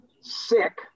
sick